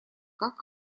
как